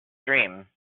dream